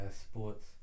sports